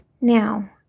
Now